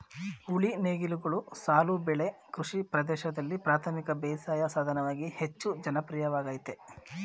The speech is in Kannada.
ಉಳಿ ನೇಗಿಲುಗಳು ಸಾಲು ಬೆಳೆ ಕೃಷಿ ಪ್ರದೇಶ್ದಲ್ಲಿ ಪ್ರಾಥಮಿಕ ಬೇಸಾಯ ಸಾಧನವಾಗಿ ಹೆಚ್ಚು ಜನಪ್ರಿಯವಾಗಯ್ತೆ